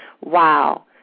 Wow